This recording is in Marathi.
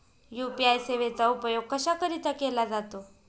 यू.पी.आय सेवेचा उपयोग कशाकरीता केला जातो?